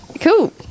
Cool